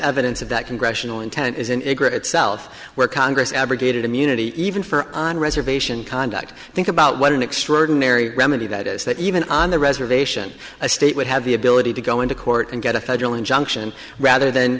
evidence of that congressional intent is in a great itself where congress abrogated immunity even for on reservation conduct think about what an extraordinary remedy that is that even on the reservation a state would have the ability to go into court and get a federal injunction rather than